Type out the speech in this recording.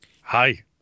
Hi